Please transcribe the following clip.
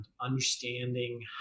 understanding